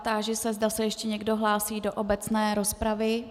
Táži se, zda se ještě někdo hlásí do obecné rozpravy.